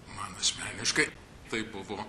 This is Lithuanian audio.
man asmeniškai tai buvo